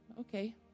Okay